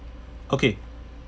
okay